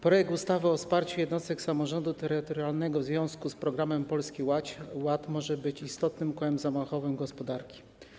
Projekt ustawy o wsparciu jednostek samorządu terytorialnego w związku z Programem Polski Ład może być istotnym kołem zamachowym gospodarki.